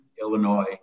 Illinois